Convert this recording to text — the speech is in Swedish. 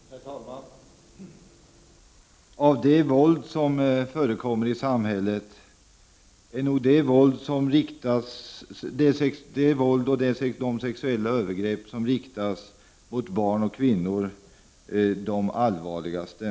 Herr talman! Av det våld som förekommer i samhället är nog det våld och de sexuella övergrepp som riktas mot barn och kvinnor de allvarligaste.